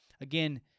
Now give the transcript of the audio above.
Again